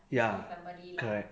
ya correct